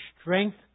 strength